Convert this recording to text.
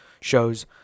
shows